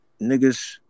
niggas